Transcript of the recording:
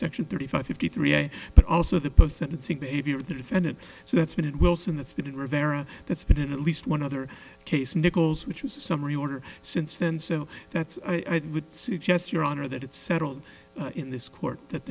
section thirty five fifty three but also the sentencing behavior of the defendant so that's when it wilson that's been rivera that's been in at least one other case nichols which was a summary order since then so that's i would suggest your honor that it's settled in this court that